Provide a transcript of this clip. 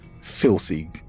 filthy